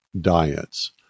diets